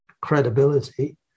credibility